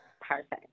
perfect